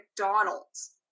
McDonald's